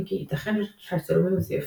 אם כי ייתכן שהצילומים מזויפים,